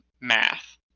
math